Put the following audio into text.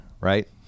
right